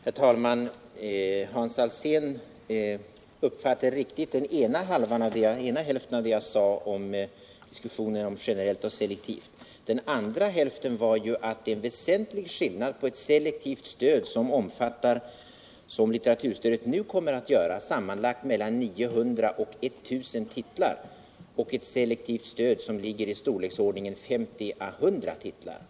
Herr talman! Hans Alsén uppfattade riktigt den ena hälften av vad jag sade om diskussionen om generellt och selektivt. Den andra hälften var ju att det är en väsentlig skillnad på ett selektivt stöd som omfattar — som litteraturstödet nu kommer att göra — sammanlagt mellan 900 och 1 000 titlar.